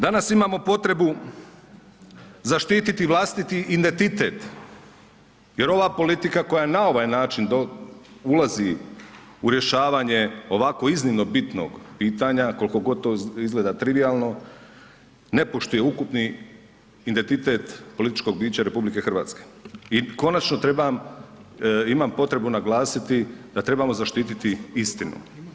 Danas imamo potrebu zaštiti vlastiti identitet jer ova politika koja na ovaj način ulazi u rješavanje ovako iznimno bitnog pitanja, kolko god to izgleda trivijalno, ne poštuje ukupni identitet političkog bića RH i konačno trebam, imam potrebu naglasiti da trebamo zaštititi istinu.